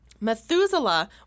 Methuselah